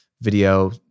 video